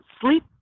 sleep